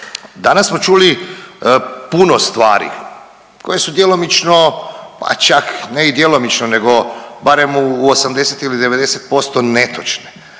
Danas smo čuli puno stvari koje su djelomično, pa čak ne i djelomično nego barem u 80 ili 90% netočne,